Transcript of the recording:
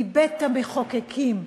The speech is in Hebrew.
מבית-המחוקקים,